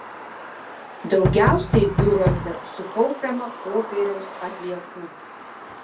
daugiausiai biuruose sukaupiama popieriaus atliekų